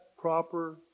proper